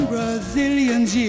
Brazilians